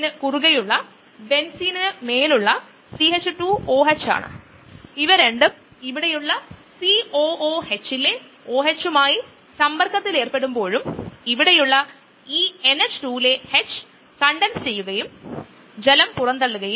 ഈ സ്കീം ഇങ്ങനെയാണ് ഇതാണ് മൈക്കിളിസ് മെന്റൻ സ്കീം ആദ്യത്തെ reaction S plus E reversibly E S നമുക്ക് ഇറിവേഴ്സിബിലി E പ്ലസ് P നൽകുന്നു